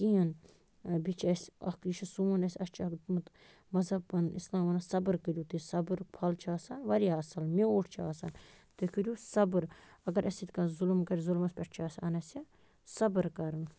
کِہیٖنۍ بیٚیہِ چھِ اَسہِ اَکھ یہِ چھِ سون اَسہِ اَسہِ چھُ اَکھ دیُتمُت مَذہپَن اِسلامَ وَنان صبٕر کٔرِو تُہۍ صبرُک پھل چھِ آسان واریاہ اَصٕل میوٗٹھ چھُ آسان تُہۍ کٔرِو صبٕر اگر اَسہِ سۭتۍ کانٛہہ ظُلُم کَرِ ظُلمَس پٮ۪ٹھ چھِ آسان اَسہِ صبٕر کَرُن